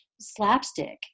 slapstick